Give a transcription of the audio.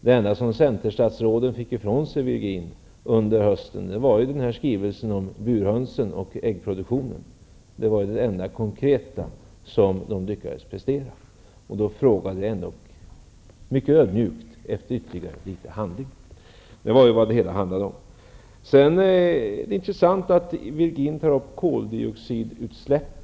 Det enda som centerstatsråden åstadkommit under hösten, Ivar Virgin, var skrivelsen om burhönsen och äggproduktionen. Det är det enda konkreta som de lyckades prestera. Ödmjukast efterlyser jag därför litet handling. Det är vad det hela handlar om. Det är intressant att Ivar Virgin tar upp frågan om koldioxidutsläppen.